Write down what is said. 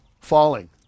falling